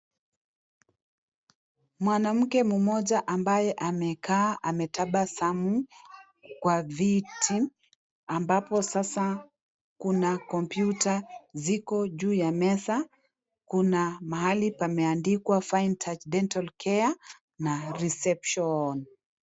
Mwanamke mmoja ambaye amekaa, ametabasamu kwa viti ambapo sasa kuna kompyuta ziko juu ya meza, kuna mahali pameandikwa (CS)fine touch dental care(CS) na (CS)reception(CS).